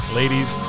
ladies